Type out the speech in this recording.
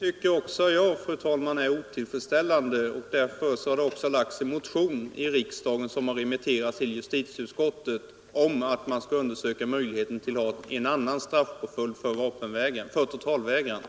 Fru talman! Även jag tycker detta är otillfredsställande, och därför har i riksdagen väckts en motion, som remitterats till justitieutskottet, om att man skall undersöka möjligheterna att införa en annan straffpåföljd för totalvägrarna.